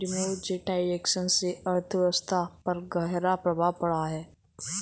demonetisation से अर्थव्यवस्था पर ग़हरा प्रभाव पड़ा